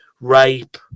rape